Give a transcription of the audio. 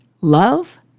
love